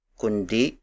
kundi